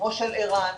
כמו של ער"ן,